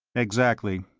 exactly.